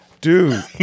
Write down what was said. Dude